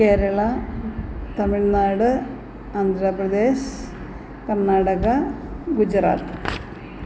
Kerala Tamil Nadu Andhra Pradesh Karnataka Gujarat